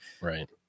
Right